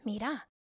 Mira